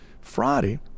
Friday